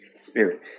spirit